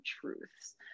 truths